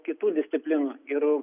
kitų disciplinų ir